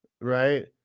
Right